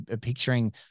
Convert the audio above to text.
picturing